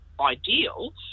ideal